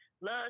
love